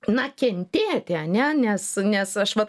na kentėti ane nes nes aš vat